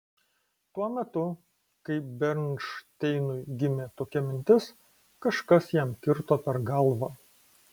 tuo metu kai bernšteinui gimė tokia mintis kažkas jam kirto per galvą